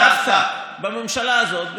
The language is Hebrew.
דווקא בממשלה הזאת,